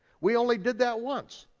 we only did that once.